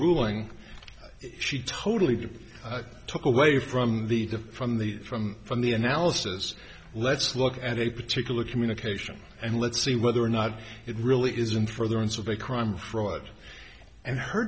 ruling she totally took away from the from the from from the analysis let's look at a particular communication and let's see whether or not it really isn't for the ones with a crime fraud and her